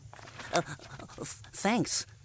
Thanks